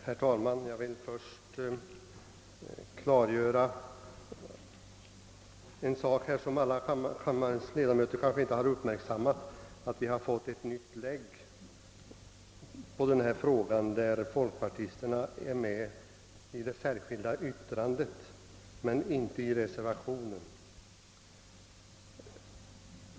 Herr talman! Jag vill först klargöra en sak som kammarens alla ledamöter kanske inte har uppmärksammat, nämligen att vi har fått ett nytt kartongblad i denna fråga, där folkpartisterna har anslutit sig till ett särskilt yttrande men inte till reservationen.